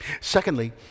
Secondly